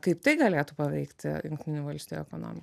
kaip tai galėtų paveikti jungtinių valstijų ekonomiką